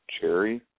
cherry